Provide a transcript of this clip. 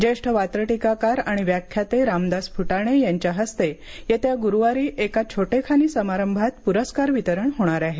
ज्येष्ठ वात्रटीकाकार आणि व्याख्याते रामदास फुटाणे यांच्या हस्ते येत्या ग्रुवारी एका छोटेखानी समारंभात पुरस्कार वितरण होणार आहे